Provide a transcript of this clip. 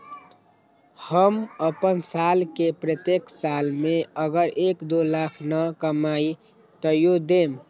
हम अपन साल के प्रत्येक साल मे अगर एक, दो लाख न कमाये तवु देम?